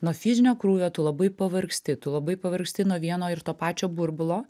nuo fizinio krūvio tu labai pavargsti tu labai pavargsti nuo vieno ir to pačio burbulo